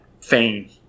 fame